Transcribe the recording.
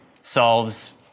Solves